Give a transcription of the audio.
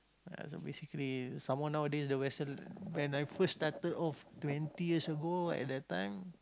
ya so basically some more nowadays the vessel when I first started off twenty years ago at that time